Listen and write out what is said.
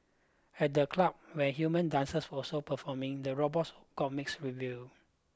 at the club where human dancers also performing the robots got mixed reviews